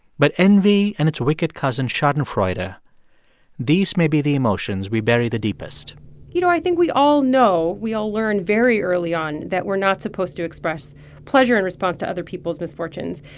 but envy and its wicked cousin schadenfreude ah these may be the emotions we bury the deepest you know, i think we all know we all learned very early on that we're not supposed to express pleasure in response to other people's misfortunes.